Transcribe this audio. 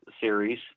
series